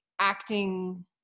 acting